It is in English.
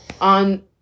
on